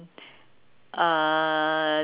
uh